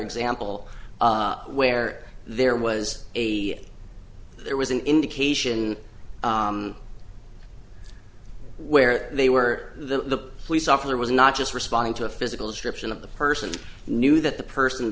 example where there was a there was an indication where they were the police officer was not just responding to a physical description of the person knew that the person